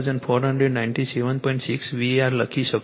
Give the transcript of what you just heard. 6 VAr લખી શકું છું